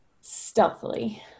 stealthily